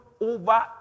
over